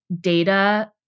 data